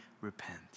repent